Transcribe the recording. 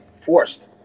forced